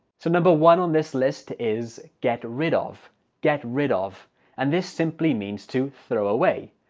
so number one on this list is get rid of get rid of and this simply means to throw away.